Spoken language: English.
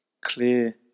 clear